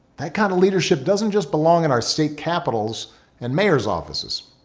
that kind of leadership doesn't just belong in our state capitals and mayors offices.